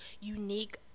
unique